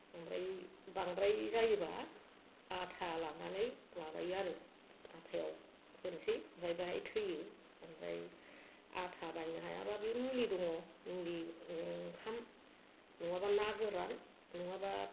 ओमफ्राय बांद्राय जायोबा आथा लानानै माबायो आरो आथायाव होनोसै ओमफ्राय बेहाय थैयो ओमफ्राय आथा बायनो हायाबा बे मुलि दङ मुलि ओंखाम नङाबा ना गोरान नङाबा